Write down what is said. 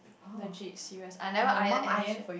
legit serious I never iron any shirt